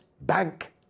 bank